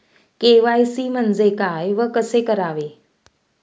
KYC म्हणजे काय व कसे करावे?